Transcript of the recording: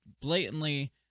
blatantly